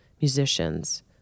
musicians